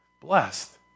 blessed